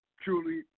truly